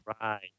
Right